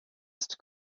ist